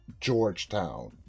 Georgetown